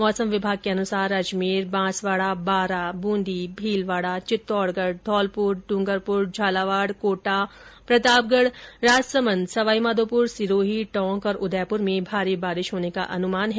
मौसम विभाग के अनुसार अजमेर बांसवाड़ा बारा बूंदी मीलवाड़ा वित्तौडगढ घौलपुर डूंगरपुर झालावाड कोटा प्रतापगढ राजसमंद सवाईमाघोपुर सिरोही टोंक और उदयपुर में भारी बारिश होने का अनुमान है